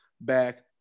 back